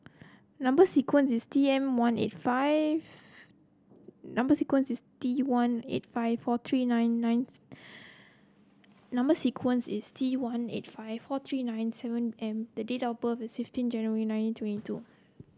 number sequence is T M one eight five number sequence is T one eight five four three nine nine number sequence is T one eight five four three nine seven M the date of birth is fifteen January nineteen twenty two